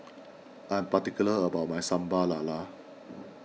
I am particular about my Sambal Lala